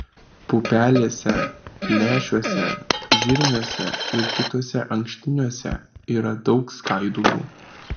pupelėse lęšiuose žirniuose ir kituose ankštiniuose yra daug skaidulų